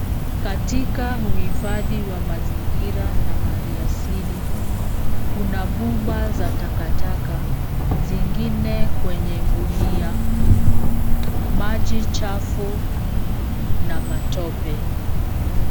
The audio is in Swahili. Katika uhifadhi wa mazingira na mali ya sili, kuna pupa za takataka zingine kwenye gunia, maji chafu na matope.